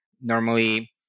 normally